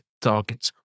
targets